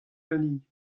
ganin